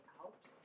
out